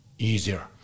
easier